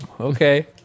Okay